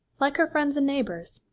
like her friends and neighbours,